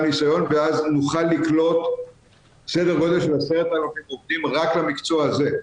ניסיון ואז נוכל לקלוט סדר גודל של 10,000 עובדים רק למקצוע הזה.